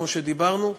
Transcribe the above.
כפי שדיברנו,